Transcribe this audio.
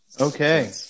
Okay